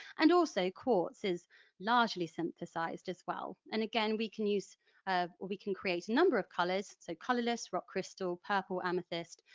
and also quartz is largely synthesised as well. and again we can use, or we can create, a number of colours so colourless, rock crystal, purple amethyst,